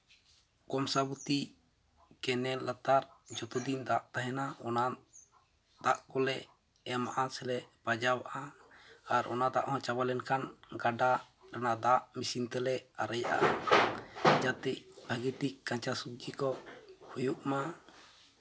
ᱠᱚᱝᱥᱟᱵᱚᱛᱤ canal ᱞᱟᱛᱟᱨ ᱡᱷᱚᱛᱚ ᱫᱤᱱ ᱫᱟᱜ ᱛᱟᱦᱮᱱᱟ ᱚᱱᱟ ᱫᱟᱜ ᱠᱚᱞᱮ ᱮᱢᱟ ᱥᱮᱞᱮ ᱯᱟᱸᱡᱟᱣᱟᱜᱼᱟ ᱟᱨ ᱚᱱᱟ ᱫᱟᱜ ᱦᱚᱸ ᱪᱟᱵᱟ ᱞᱮᱱᱠᱷᱟᱱ ᱜᱟᱰᱟ ᱨᱮᱱᱟᱜ ᱫᱟᱜ ᱢᱮᱹᱥᱤᱱ ᱛᱮᱞᱮ ᱟᱨᱮᱡᱟᱜᱼᱟ ᱡᱟᱛᱮ ᱵᱷᱟᱹᱜᱤ ᱴᱷᱤᱠ ᱠᱟᱸᱪᱟ ᱥᱚᱵᱽᱡᱤ ᱠᱚ ᱦᱩᱭᱩᱜ ᱢᱟ